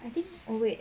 I think oh wait